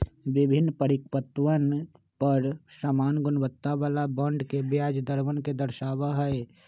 विभिन्न परिपक्वतवन पर समान गुणवत्ता वाला बॉन्ड के ब्याज दरवन के दर्शावा हई